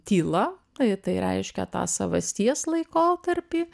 tyla tai tai reiškia tą savasties laikotarpį